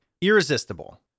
Irresistible